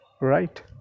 right